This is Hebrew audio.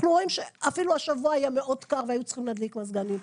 אנחנו רואים שאפילו השבוע היה מאוד קר והיו צריכים להדליק מזגנים.